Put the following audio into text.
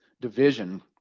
division